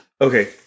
Okay